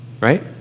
Right